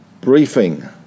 briefing